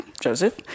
Joseph